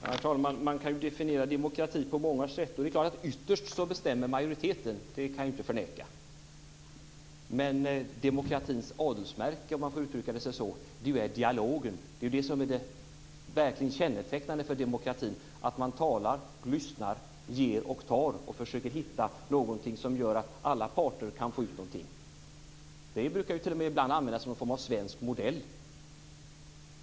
Herr talman! Man kan definiera demokrati på många sätt. Ytterst bestämmer majoriteten, det kan jag inte förneka. Men demokratins adelsmärke, om man får uttrycka det så, är ju dialogen. Det är det som är det verkligen kännetecknande för demokratin, att man talar, lyssnar, ger och tar och försöker hitta någonting som gör att alla parter kan få ut någonting. Det brukar t.o.m. ibland användas som någon form av en svensk modell.